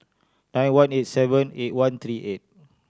nine one eight seven eight one three eight